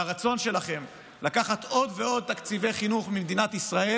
והרצון שלכם לקחת עוד ועוד תקציבי חינוך ממדינת ישראל